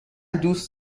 دوست